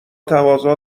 تقاضا